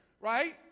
Right